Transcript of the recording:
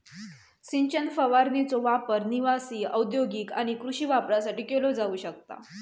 सिंचन फवारणीचो वापर निवासी, औद्योगिक आणि कृषी वापरासाठी केलो जाऊ शकता